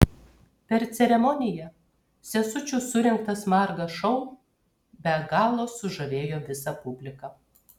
per ceremoniją sesučių surengtas margas šou be galo sužavėjo visą publiką